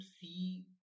see